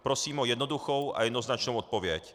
Prosím o jednoduchou a jednoznačnou odpověď.